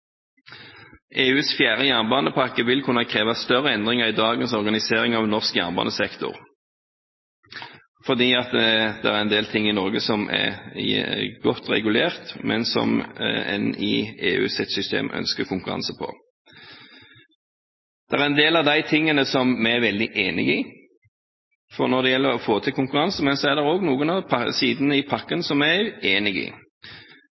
EUs fjerde jernbanepakke vil kunne kreve større endringer i dagens organisering av norsk jernbanesektor fordi det er en del ting i Norge som er godt regulert, men som en i EUs system ønsker konkurranse på. Det er en del av de tingene vi er veldig enige i, f.eks. når det gjelder å få til konkurranse, men så er det også noen av sidene i pakken som vi er uenige i,